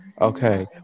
Okay